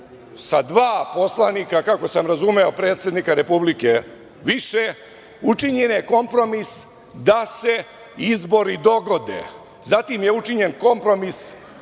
sa dva poslanika, kako sam razumeo predsednika Republike, više, učinjen je kompromis da se izbori dogode, zatim je učinjen kompromis